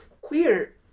queer